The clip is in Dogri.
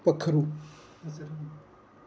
पक्खरू